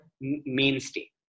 mainstay